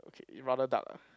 okay rather duck ah